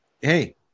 hey